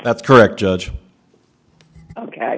that's correct judge ok